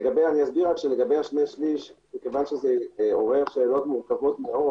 לגבי 2/3 מכיוון שזה עורר שאלות מורכבות מאוד